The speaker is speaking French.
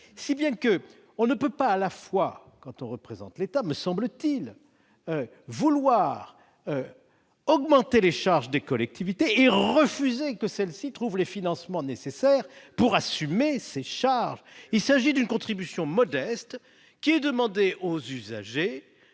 Il me semble que, lorsque l'on représente l'État, on ne peut pas à la fois augmenter les charges des collectivités et refuser que celles-ci trouvent les financements nécessaires pour assumer ces charges. Il s'agit d'une contribution modeste qui est demandée aux usagers